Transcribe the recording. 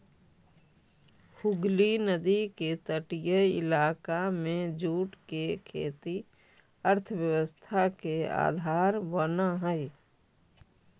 हुगली नदी के तटीय इलाका में जूट के खेती अर्थव्यवस्था के आधार बनऽ हई